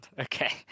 okay